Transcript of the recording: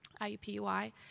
IUPUI